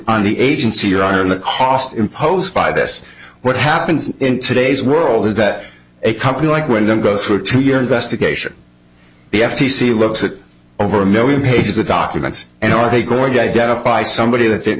on the agency or are the costs imposed by this what happens in today's world is that a company like windham go through a two year investigation the f t c looks at over a million pages of documents and are they going to identify somebody that didn't